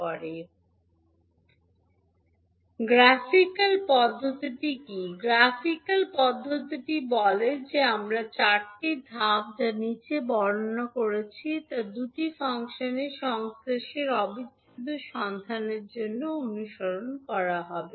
graphical পদ্ধতিটি কী graphical পদ্ধতিটি বলে যে আমরা চারটি ধাপ যা নীচে বর্ণনা করছি তা দুটি ফাংশনের সংশ্লেষের অবিচ্ছেদ্য সন্ধানের জন্য অনুসরণ করা হবে